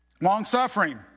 Long-suffering